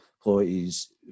employees